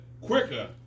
quicker